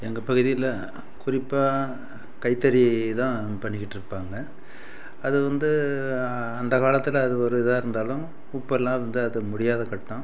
எங்கள் பகுதியில குறிப்பாக கைத்தறி தான் பண்ணிக்கிட்டு இருப்பாங்க அது வந்து அந்த காலத்தில் அது ஒரு இதாக இருந்தாலும் இப்போல்லாம் வந்து அது முடியாத கட்டம்